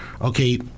Okay